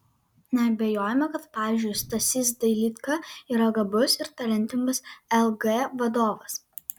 neabejojame kad pavyzdžiui stasys dailydka yra gabus ir talentingas lg vadovas